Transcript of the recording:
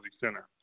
center